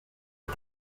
est